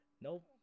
nope